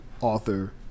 author